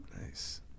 Nice